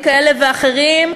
דנה על שינויים כאלה ואחרים,